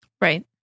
Right